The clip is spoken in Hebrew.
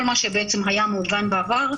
כל מה שבעצם היה מעוגן בעבר,